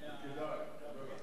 זה כדאי, כדאי לך.